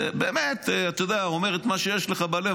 ובאמת אומר את מה שיש לך בלב,